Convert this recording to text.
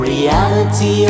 Reality